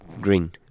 green